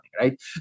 right